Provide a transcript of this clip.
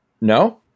no